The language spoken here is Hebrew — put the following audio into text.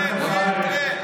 כן, כן.